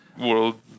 world